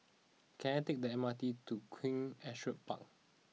can I take the M R T to Queen Astrid Park